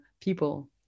people